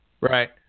right